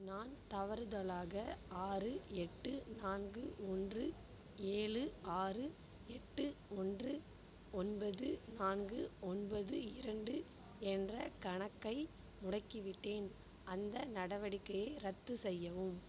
நான் தவறுதலாக ஆறு எட்டு நான்கு ஒன்று ஏழு ஆறு எட்டு ஒன்று ஒன்பது நான்கு ஒன்பது இரண்டு என்ற கணக்கை முடக்கிவிட்டேன் அந்த நடவடிக்கையை ரத்து செய்யவும்